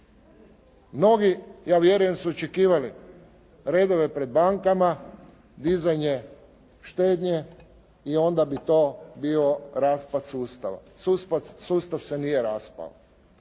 Mnogi, ja vjerujem su očekivali redove pred bankama, dizanje štednje i onda bi to bio raspad sustava. Sustav se nije raspao.